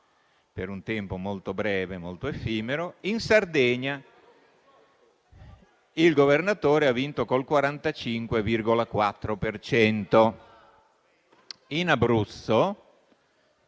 per un tempo molto breve, molto effimero. In Sardegna, il Governatore ha vinto con il 45,4 per